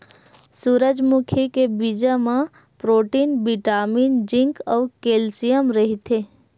सूरजमुखी के बीजा म प्रोटीन, बिटामिन, जिंक अउ केल्सियम रहिथे